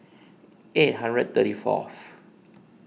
eight hundred thirty fourth